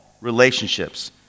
relationships